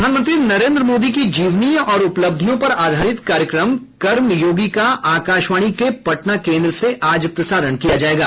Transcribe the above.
प्रधानमंत्री नरेन्द्र मोदी की जीवनी और उपलब्धियों पर आधारित कार्यक्रम कर्मयोगी का आकाशवाणी के पटना केन्द्र से आज प्रसारण किया जायेगा